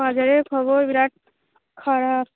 হাজারে ভবো বিরাট খারাপ